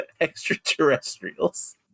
extraterrestrials